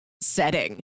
setting